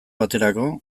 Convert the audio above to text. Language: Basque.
baterako